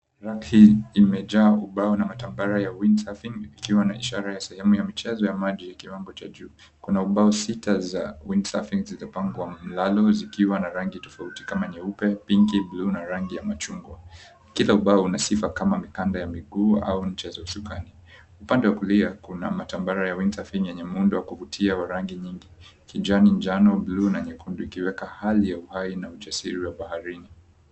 Rakshi imejaa ubao na matambara ya windsurfing ikiwa na ishara ya sehemu ya mchezo ya maji ya kiwango cha juu. Kuna bao sita za windsurfing zilizopangwa mlalo zikiwa na rangi tofauti kama nyeupe, pinki, na rangi ya machungwa. Kila ubao una sifa kama mikanda ya miguu au michezo ya usukani. Upande wa kulia kuna matambara ya windsurfing yenye muundo wa kuvutia wa rangi nyingi, kijani, njano, buluu na nyekundu ikiweka hali ya uhai na ujasiri wa baharini.